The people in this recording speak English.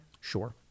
Sure